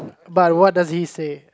but what does he say